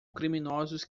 criminosos